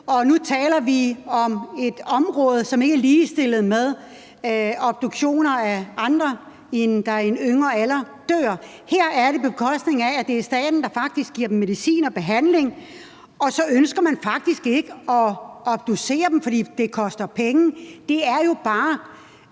Nu taler vi om et område, som ikke er ligestillet med obduktioner af andre, der i en yngre alder dør. Her er det, på bekostning af at det er staten, der faktisk giver dem medicin og behandling, og så ønsker man faktisk ikke at obducere dem, fordi det koster penge. Det er jo bare